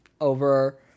over